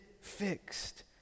fixed